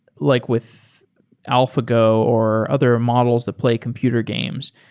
like with alpha go or other models that play computer games,